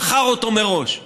מכר אותו מראש.